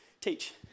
teach